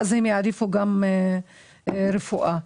העדיפות תהיה רפואה.